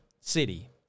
city